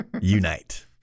unite